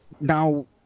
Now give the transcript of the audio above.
now